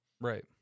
right